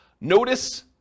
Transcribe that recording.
Notice